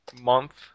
month